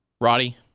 Roddy